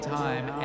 time